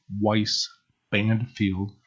Weiss-Bandfield